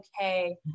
okay